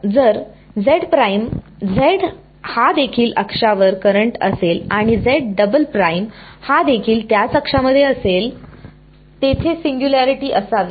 जर z हा देखील अक्षावर करंट असेल आणि हा देखील त्याच अक्षामध्ये असेल तेथे सिंग्युलॅरिटी असावी